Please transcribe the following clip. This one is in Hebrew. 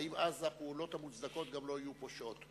האם אז הפעולות המוצדקות גם לא יהיו פושעות?